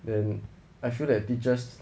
then I feel that teachers